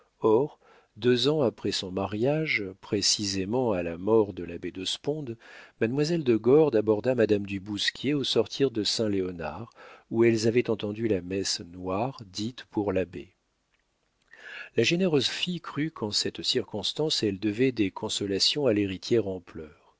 or deux ans après son mariage précisément à la mort de l'abbé de sponde mademoiselle de gordes aborda madame du bousquier au sortir de saint léonard où elles avaient entendu une messe noire dite pour l'abbé la généreuse fille crut qu'en cette circonstance elle devait des consolations à l'héritière en pleurs